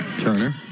Turner